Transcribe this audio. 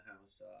house